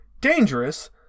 Dangerous